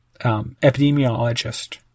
epidemiologist